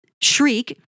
shriek